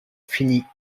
finit